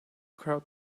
crowd